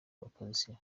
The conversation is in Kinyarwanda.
opposition